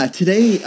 today